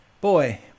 boy –